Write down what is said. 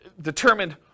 determined